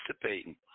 participating